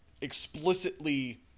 explicitly